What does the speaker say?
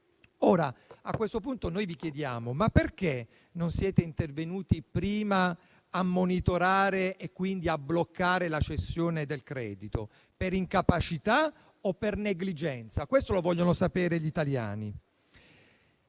A questo punto, vi chiediamo perché non siete intervenuti prima per monitorare e quindi bloccare la cessione del credito: per incapacità o per negligenza? Lo vogliono sapere gli italiani.